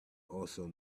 also